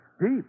Deep